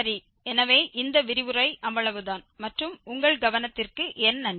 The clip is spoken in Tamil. சரி எனவே இந்த விரிவுரை அவ்வளவுதான் மற்றும் உங்கள் கவனத்திற்கு என் நன்றி